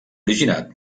originat